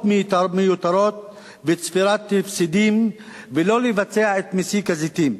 מיותרות וצבירת הפסדים ולא לבצע את מסיק הזיתים.